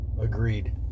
Agreed